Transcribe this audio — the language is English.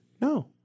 No